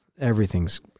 everything's